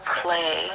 play